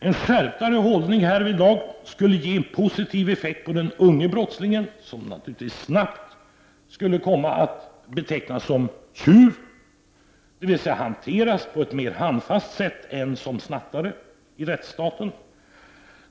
En mera skärpt hållning härvidlag skulle ge en positiv effekt på den unge brottslingen, som då snabbare skulle komma att betecknas som tjuv och därmed hanteras på ett mera handfast sätt i rättsstaten än som snattare.